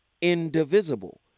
indivisible